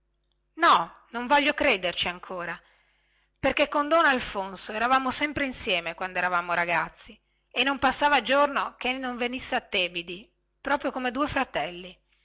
io non ci ho creduto perchè con don alfonso eravamo sempre insieme quando eravamo ragazzi e non passava giorno chei non venisse a tebidi